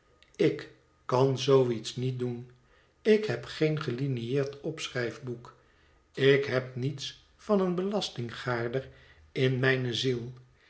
ik kan zoo iets niet doen ik heb geen gelinieerd opschrijf boek ik heb niets van een belastinggaarder in mijne ziel